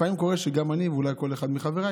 לפעמים קורה שגם אני ואולי כל אחד מחבריי